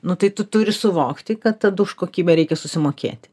nu tai tu turi suvokti kad tada už kokybę reikia susimokėti